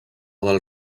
del